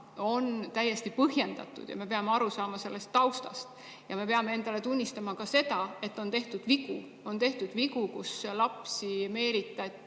on täiesti põhjendatud ja me peame aru saama sellest taustast. Ja me peame endale tunnistama ka seda, et on tehtud vigu. On tehtud vigu, kus lapsi meelitati